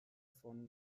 von